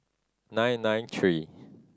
nine nine three